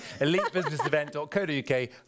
elitebusinessevent.co.uk